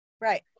Right